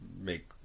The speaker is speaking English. make